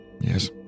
yes